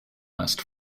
west